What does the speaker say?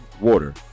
water